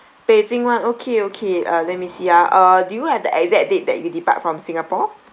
beijing [one] okay okay uh let me see ah uh do you have the exact date that you depart from singapore